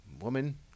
woman